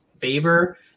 favor